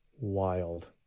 Wild